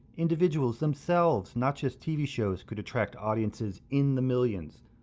individuals themselves, not just tv shows, could attract audiences in the millions.